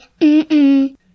mm-mm